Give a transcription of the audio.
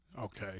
Okay